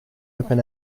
open